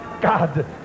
god